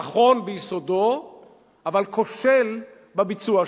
נכון ביסודו אבל כושל בביצוע שלו.